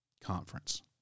conference